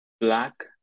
black